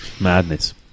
madness